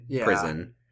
prison